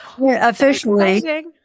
officially